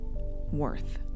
worth